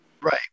Right